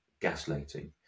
gaslighting